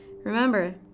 remember